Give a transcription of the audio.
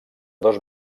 dos